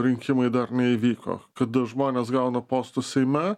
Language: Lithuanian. rinkimai dar neįvyko kada žmonės gauna postus seime